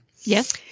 Yes